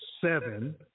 seven